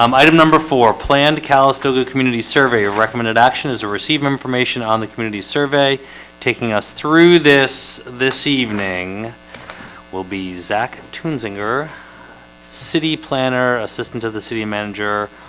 um item number for planned calistoga community survey or recommended action is to receive information on the community survey taking us through this this evening will be zach toombs inner city planner assistant of the city manager.